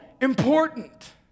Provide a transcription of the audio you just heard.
important